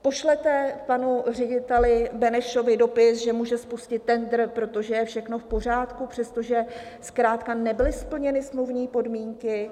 Pošlete panu řediteli Benešovi dopis, že může spustit tendr, protože je všechno v pořádku, přestože zkrátka nebyly splněny smluvní podmínky?